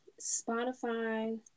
Spotify